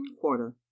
quarter